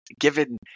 given